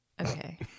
okay